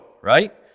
right